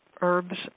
herbs